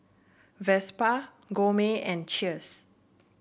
Vespa Gourmet and Cheers